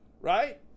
right